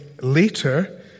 later